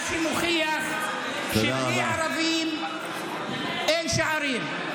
מה שמוכיח שבלי ערבים אין שערים,